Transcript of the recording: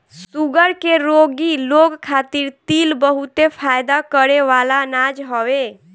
sugar के रोगी लोग खातिर तिल बहुते फायदा करेवाला अनाज हवे